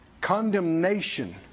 Condemnation